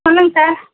சொல்லுங்க சார்